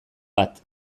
bat